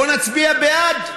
בואו נצביע בעד.